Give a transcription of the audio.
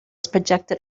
projected